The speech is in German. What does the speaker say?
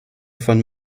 von